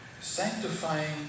Sanctifying